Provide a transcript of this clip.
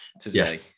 today